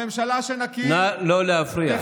הממשלה שנקים תחפש, נא לא להפריע.